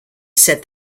said